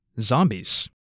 Zombies